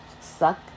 suck